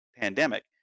pandemic